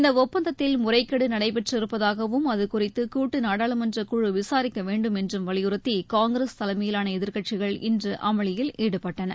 இந்த ஒப்பந்தத்தில் முறைகேடு நடைபெற்றிருப்பதாகவும் அதுகுறித்து கூட்டு நாடாளுமன்றக்குழு விசாரிக்க வேண்டும் என்றும் வலியுறுத்தி காங்கிரஸ் தலைமையிலான எதிர்க்கட்சிகள் இன்று அமளியில் ஈடுபட்டன